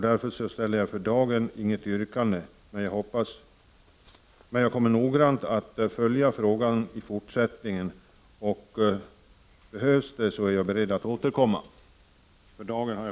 Därför ställer jag för dagen inget yrkande, fru talman, men jag kommer att noggrant följa frågan i fortsättningen. Behövs det så är jag beredd att återkomma.